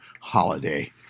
holiday